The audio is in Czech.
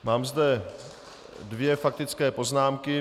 Mám zde dvě faktické poznámky.